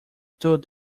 stood